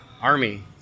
Army